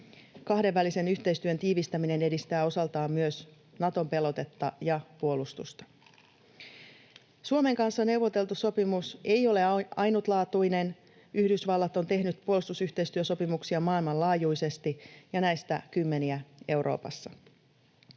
Kahdenvälisen yhteistyön tiivistäminen edistää osaltaan myös Naton pelotetta ja puolustusta. Suomen kanssa neuvoteltu sopimus ei ole ainutlaatuinen. Yhdysvallat on tehnyt puolustusyhteistyösopimuksia maailmanlaajuisesti ja näistä kymmeniä Euroopassa.